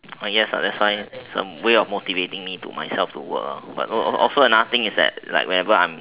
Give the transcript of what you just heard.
oh yes that's why it's a way of motivating me to myself to work lah but also another thing is that whenever I am